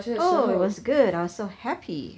oh it was good I was so happy